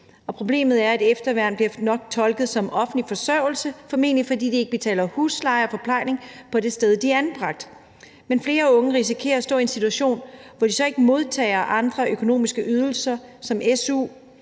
Problemet er, at efterværn nok bliver tolket som offentlig forsørgelse, formentlig fordi de ikke betaler husleje og forplejning på det sted, de er anbragt. Men flere unge risikerer at stå i en situation, hvor de så ikke modtager andre økonomiske ydelser som